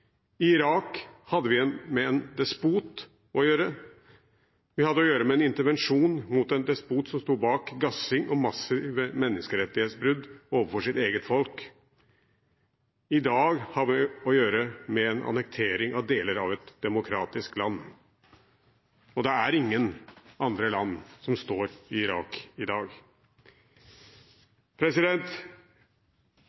i øst. I Irak hadde vi med en despot å gjøre. Vi hadde å gjøre med en intervensjon mot en despot som sto bak gassing og massive menneskerettighetsbrudd overfor sitt eget folk. I dag har vi å gjøre med en annektering av deler av et demokratisk land. Og det er ingen andre land som står i Irak i dag.